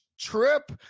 trip